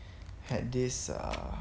had this err